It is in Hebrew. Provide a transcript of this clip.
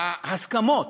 ההסכמות